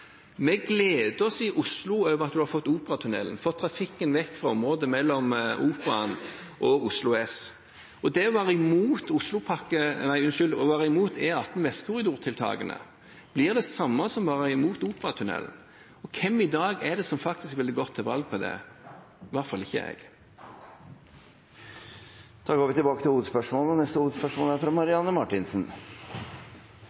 oss i Oslo over at vi har fått Operatunnelen og fått trafikken vekk fra området mellom Operaen og Oslo S. Det å være imot E18 vestkorridortiltakene blir det samme som å være imot Operatunnelen. Hvem i dag er det som faktisk ville gått til valg på det? – I hvert fall ikke jeg. Vi går til neste hovedspørsmål. Mitt spørsmål går til